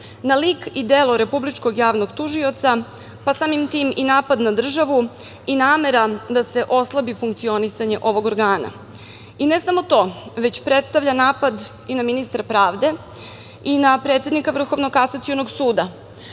na lik i delo Republičkog javnog tužioca, pa samim tim i napad na državu i namera da se oslabi funkcionisanje ovog organa, i ne samo to, već predstavlja napad i na ministra pravde i na predsednika Vrhovnog kasacionog suda,